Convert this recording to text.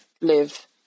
live